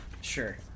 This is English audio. sure